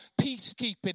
peacekeeping